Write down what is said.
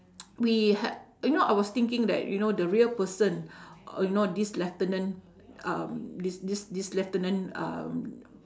we ha~ you know I was thinking that you know the real person uh you know this lieutenant um this this this lieutenant um